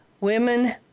women